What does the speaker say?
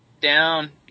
down